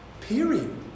period